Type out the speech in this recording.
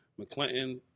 McClinton